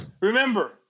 Remember